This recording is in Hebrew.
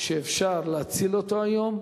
שאפשר להציל אותו היום,